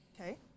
Okay